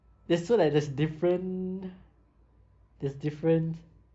there's so like there's different there's different